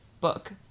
book